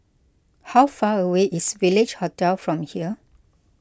how far away is Village Hotel from here